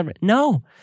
No